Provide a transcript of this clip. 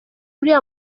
uriya